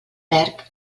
perd